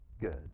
good